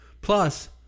Plus